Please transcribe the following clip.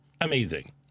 amazing